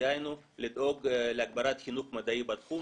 דהיינו לדאוג להגברת חינוך מדעי בתחום